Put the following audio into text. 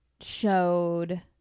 showed